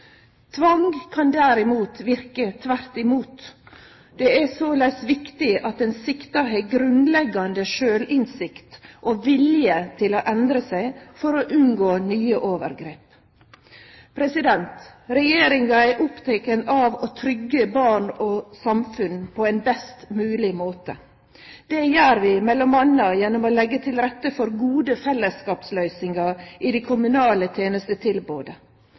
Tvang kan derimot verke motsett. Det er såleis viktig at den sikta har grunnleggjande sjølvinnsikt og vilje til å endre seg for å unngå nye overgrep. Regjeringa er oppteken av å tryggje barn og samfunn på ein best mogleg måte. Det gjer vi m.a. gjennom å leggje til rette for gode fellesskapsløysingar i det kommunale tenestetilbodet.